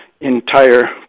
entire